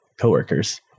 coworkers